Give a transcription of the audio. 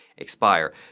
expire